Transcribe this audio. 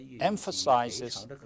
emphasizes